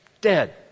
dead